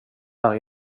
här